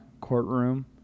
courtroom